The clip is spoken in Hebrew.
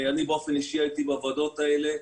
אני באופן אישי הייתי בוועדות האלה.